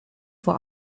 vor